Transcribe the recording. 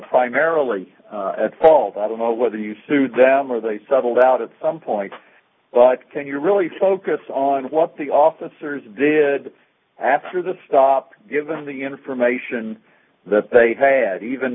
primarily at fault i don't know whether you threw them or they settled out of some point but can you really focus on what the officers did after the stop given the information that they had even